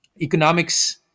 economics